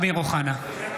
(קורא בשמות חברי הכנסת) אמיר אוחנה,